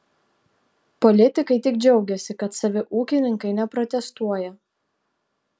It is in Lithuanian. politikai tik džiaugiasi kad savi ūkininkai neprotestuoja